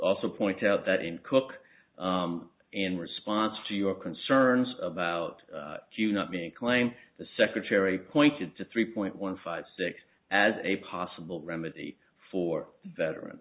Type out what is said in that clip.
also point out that in cook in response to your concerns about you not me claim the secretary pointed to three point one five six as a possible remedy for veteran